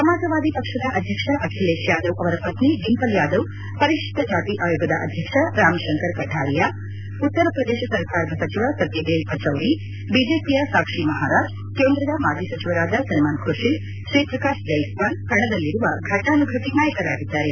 ಸಮಾಜವಾದಿ ಪಕ್ಷದ ಅಧ್ಯಕ್ಷ ಅಖಿಲೇಶ್ ಯಾದವ್ ಅವರ ಪತ್ನಿ ಡಿಂಪಲ್ ಯಾದವ್ ಪರಿಶಿಷ್ಟ ಜಾತಿ ಆಯೋಗದ ಅಧ್ಯಕ್ಷ ರಾಮ್ ಶಂಕರ್ ಕಠಾರಿಯ ಉತ್ತರ ಪ್ರದೇಶ ಸರ್ಕಾರದ ಸಚಿವ ಸತ್ಯದೇವ್ ಪಚೌರಿ ಬಿಜೆಪಿಯ ಸಾಕ್ಷಿ ಮಹಾರಾಜ್ ಕೇಂದ್ರದ ಮಾಜಿ ಸಚಿವರಾದ ಸಲ್ಮಾನ್ ಕುರ್ತಿದ್ ಶ್ರೀಪ್ರಕಾಶ್ ಜೈಸ್ವಾಲ್ ಕಣದಲ್ಲಿರುವ ಫಟಾನುಘಟಿ ನಾಯಕರಾಗಿದ್ದಾರೆ